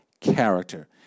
character